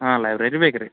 ಹಾಂ ಲೈಬ್ರರಿ ಬೇಕು ರೀ